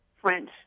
French